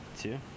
two